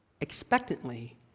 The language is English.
expectantly